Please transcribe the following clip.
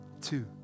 two